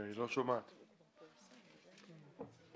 התשע"ז-2017." בסעיף 2,